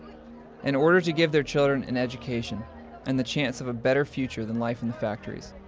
in order to give their children an education and the chance of a better future than life in the factories,